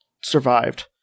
Survived